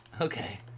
Okay